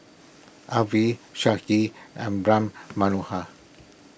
Arvind Sudhir and Ram Manohar